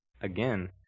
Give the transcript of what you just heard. Again